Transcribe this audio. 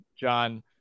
John